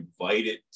invited